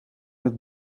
met